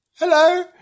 Hello